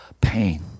pain